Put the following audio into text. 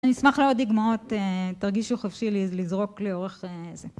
אני אשמח לראות דוגמאות, תרגישו חפשי לזרוק לאורך זה.